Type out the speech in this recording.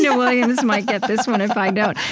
yeah williams might get this one if i don't,